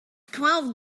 twelve